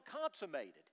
consummated